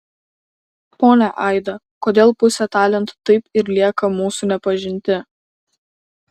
ponia aida kodėl pusė talentų taip ir lieka mūsų nepažinti